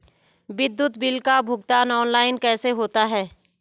विद्युत बिल का भुगतान ऑनलाइन कैसे होता है?